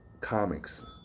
Comics